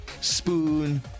Spoon